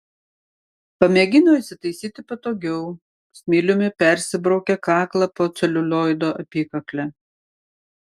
pamėgino įsitaisyti patogiau smiliumi persibraukė kaklą po celiulioido apykakle